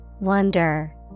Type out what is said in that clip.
Wonder